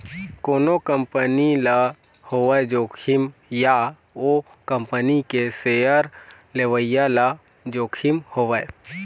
कोनो कंपनी ल होवय जोखिम या ओ कंपनी के सेयर लेवइया ल जोखिम होवय